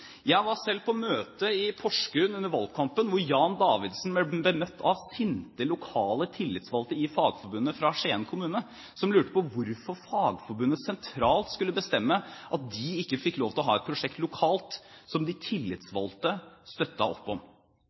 Jeg var selv på møte i Porsgrunn under valgkampen, hvor Jan Davidsen ble møtt av sinte lokale tillitsvalgte i Fagforbundet fra Skien kommune, som lurte på hvorfor Fagforbundet sentralt skulle bestemme at de ikke fikk lov til å ha et prosjekt lokalt som de tillitsvalgte støttet opp om.